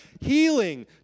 healing